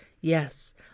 yes